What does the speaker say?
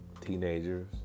teenagers